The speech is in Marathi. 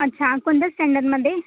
अच्छा कोणत्या स्टँडर्डमध्ये